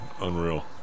Unreal